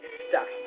stuck